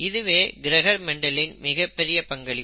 இதுவே கிரகர் மெண்டலின் மிகப்பெரிய பங்களிப்பு